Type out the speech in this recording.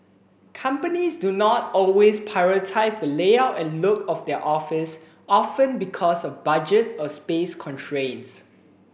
companies do not always prioritise the layout and look of their office often because of budget or space constraints